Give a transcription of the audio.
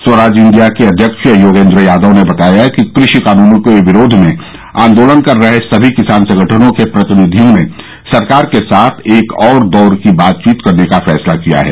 Swaraj India के अध्यक्ष योगेन्द्र यादव ने बताया कि कृषि कानूनों के विरोध में आंदोलन कर रहे सभी किसान संगठनों के प्रतिनिधियों ने सरकार के साथ एक और दौर की बातचीत करने का फैसला किया है